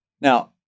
Now